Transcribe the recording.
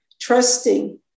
trusting